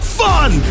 fun